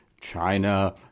China